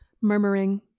murmuring